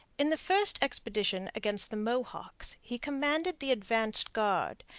in the first expedition against the mohawks he commanded the advance guard,